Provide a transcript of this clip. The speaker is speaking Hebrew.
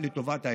לטובת העדה.